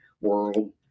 world